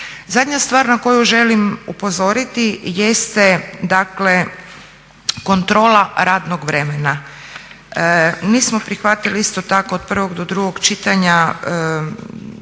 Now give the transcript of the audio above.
Zadnja stvar na koju želim upozoriti jeste dakle kontrola radnog vremena. Nismo prihvatili isto tako od prvog do drugog čitanja,